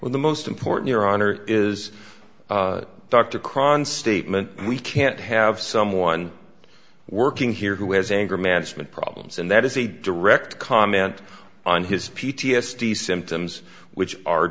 with the most important your honor is dr crohn statement we can't have someone working here who has anger management problems and that is a direct comment on his p t s d symptoms which are